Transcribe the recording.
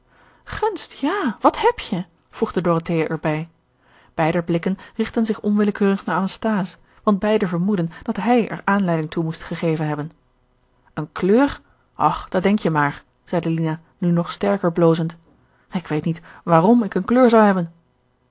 gunst ja wat heb je voegde dorothea er bij beider blikken richtten zich onwillekeurig naar anasthase want beiden vermoedden dat hij er aanleiding toe moest gegeven hebben een kleur och dat denk je maar zeide lina nu nog sterker blozend ik weet niet waarom ik een kleur zou hebben